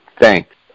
Thanks